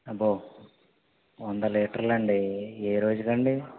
అబ్బో అంతా వంద లీటర్లు అండి ఏ రోజుది అండి